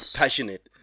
passionate